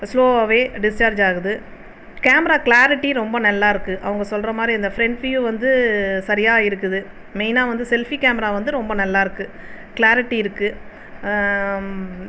ஸ்லோவாகவே discharge ஆகுது camera clarity ரொம்ப நல்லாயிருக்கு அவங்க சொல்கிற மாதிரி இந்த ஃப்ரெண்ட் ஃபியூ வந்து சரியாக இருக்குது மெய்னாக வந்து செல்ஃபி கேமரா வந்து ரொம்ப நல்லாயிருக்கு க்ளாரிட்டி இருக்குது